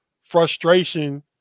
frustration